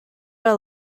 are